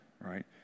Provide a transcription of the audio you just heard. right